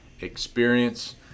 experience